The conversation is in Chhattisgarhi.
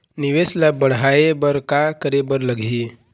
निवेश ला बड़हाए बर का करे बर लगही?